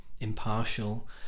impartial